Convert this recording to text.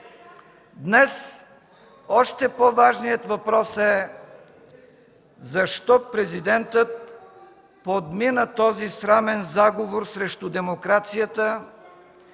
Днес още по-важният въпрос е: защо президентът подмина този срамен заговор срещу демокрацията